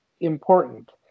important